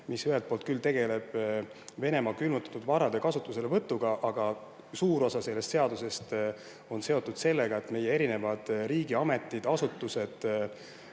mis ühelt poolt küll tegeleb Venemaa külmutatud varade kasutuselevõtuga, aga suur osa sellest seadusest on seotud sellega, et meie erinevad riigiasutused